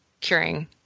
curing